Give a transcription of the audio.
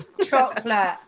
Chocolate